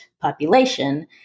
population